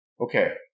Okay